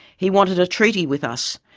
he wanted a treaty with us,